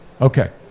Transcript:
okay